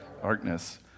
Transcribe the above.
darkness